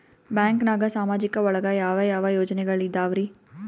ಬ್ಯಾಂಕ್ನಾಗ ಸಾಮಾಜಿಕ ಒಳಗ ಯಾವ ಯಾವ ಯೋಜನೆಗಳಿದ್ದಾವ್ರಿ?